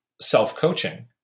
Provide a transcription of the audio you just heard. self-coaching